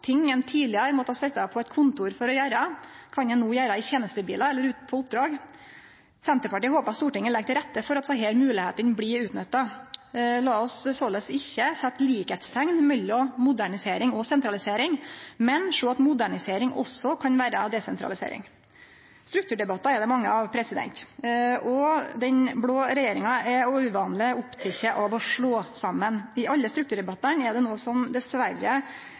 Ting ein tidlegare måtte sitje på eit kontor for å gjere, kan ein no gjere i tenestebilar eller ute på oppdrag. Senterpartiet håpar Stortinget legg til rette for at desse moglegheitene blir utnytta. La oss såleis ikkje setje likskapsteikn mellom modernisering og sentralisering, men sjå at modernisering også kan vere desentralisering. Strukturdebattar er det mange av. Den blå regjeringa er uvanleg oppteken av å slå saman. I alle strukturdebattane er det noko som det dessverre